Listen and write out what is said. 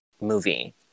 movie